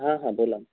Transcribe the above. हां हां बोला